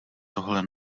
tohle